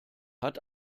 hat